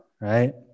right